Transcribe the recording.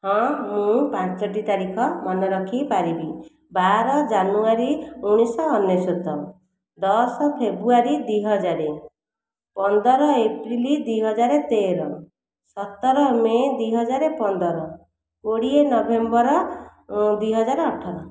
ହଁ ମୁଁ ପାଞ୍ଚଟି ତାରିଖ ମନେ ରଖିପାରିବି ବାର ଜାନୁଆରୀ ଉଣେଇଶ ଅନେଶ୍ୱତ ଦଶ ଫେବୃଆରୀ ଦୁଇ ହଜାର ପନ୍ଦର ଏପ୍ରିଲ ଦୁଇ ହଜାର ତେର ସତର ମେ' ଦୁଇ ହଜାର ପନ୍ଦର କୋଡ଼ିଏ ନଭେମ୍ବର ଦୁଇ ହଜାର ଅଠର